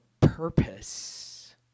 purpose